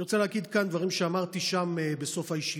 אני רוצה להגיד כאן דברים שאמרתי שם בסוף הישיבה.